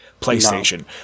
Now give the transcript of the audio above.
PlayStation